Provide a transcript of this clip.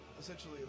essentially